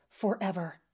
forever